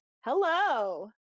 Hello